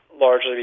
largely